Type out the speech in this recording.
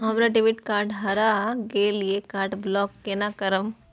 हमर debit card हरा गेल ये कार्ड ब्लॉक केना करब?